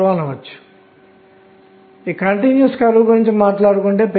కాబట్టి 0 ఉంది 2 3 4 మరియు 2 3 4 ఉంది